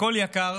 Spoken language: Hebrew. הכול יקר